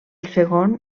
segon